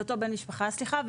לאותו בן משפחה, סליחה.